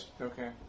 Okay